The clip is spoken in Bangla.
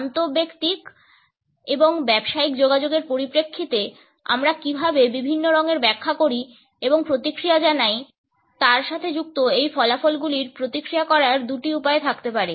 আন্তঃব্যক্তিক এবং ব্যবসায়িক যোগাযোগের পরিপ্রেক্ষিতে আমরা কীভাবে বিভিন্ন রঙের ব্যাখ্যা করি এবং প্রতিক্রিয়া জানাই তার সাথে যুক্ত এই ফলাফলগুলির প্রতিক্রিয়া করার দুটি উপায় থাকতে পারে